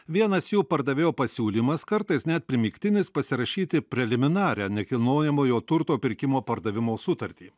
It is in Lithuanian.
vienas jų pardavėjo pasiūlymas kartais net primygtinis pasirašyti preliminarią nekilnojamojo turto pirkimo pardavimo sutartį